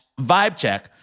vibecheck